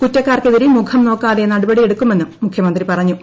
കുറ്റക്കാർക്ക് എതിരെ മുഖം നോക്കാതെ നടപടിയെടുക്കുമെന്നും മുഖ്യമന്ത്രി പറഞ്ഞു